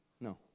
No